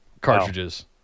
cartridges